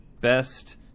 best